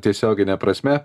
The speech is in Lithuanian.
tiesiogine prasme